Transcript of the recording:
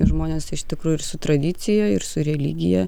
žmonės iš tikrųjų su tradicija ir su religija